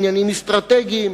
עניינים אסטרטגיים,